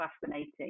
fascinating